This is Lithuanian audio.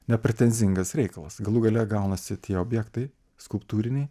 nepretenzingas reikalas galų gale gaunasi tie objektai skulptūriniai